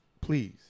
Please